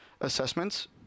assessments